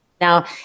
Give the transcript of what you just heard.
Now